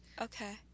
Okay